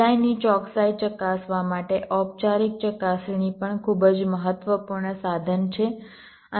ડિઝાઇનની ચોકસાઈ ચકાસવા માટે ઔપચારિક ચકાસણી પણ ખૂબ જ મહત્વપૂર્ણ સાધન છે